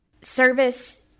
Service